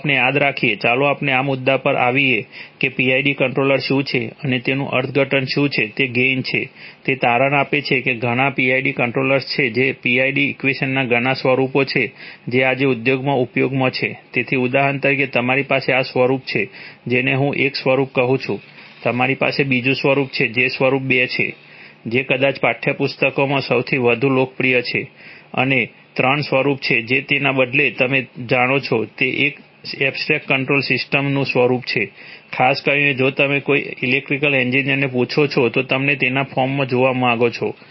ચાલો આપણે યાદ રાખીએ ચાલો આપણે આ મુદ્દા પર આવીએ કે PID કંટ્રોલર શું છે અને તેનું અર્થઘટન શું છે તે ગેઇન છે તે તારણ આપે છે કે ઘણા PID કંટ્રોલર્સ છે જે PID ઇક્વેશનના ઘણા સ્વરૂપો છે જે આજે ઉદ્યોગમાં ઉપયોગમાં છે તેથી ઉદાહરણ તરીકે તમારી પાસે આ સ્વરૂપ છે જેને હું એક સ્વરૂપ કહું છું તમારી પાસે બીજું સ્વરૂપ છે જે સ્વરૂપ બે છે જે કદાચ પાઠયપુસ્તકોમાં સૌથી વધુ લોકપ્રિય છે અને ત્રણ સ્વરૂપ છે જે તેના બદલે તમે જાણો છો જે એક એબ્સ્ટ્રેક્ટ કંટ્રોલ સિસ્ટમ નું સ્વરૂપ છે ખાસ કરીને જો તમે કોઈ ઇલેક્ટ્રિકલ એન્જિનિયર્સને પૂછો છો તો તમે તેને આ ફોર્મમાં જોવા માંગો છો